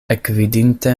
ekvidinte